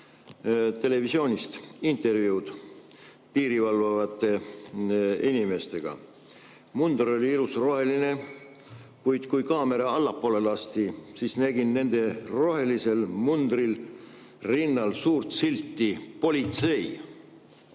televisioonist intervjuud piiri valvavate inimestega. Munder oli ilus roheline, kuid kui kaamera allapoole lasti, siis nägin nende rohelise mundri rinnal suurt silti "Politsei".